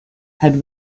had